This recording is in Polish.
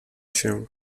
się